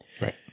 Right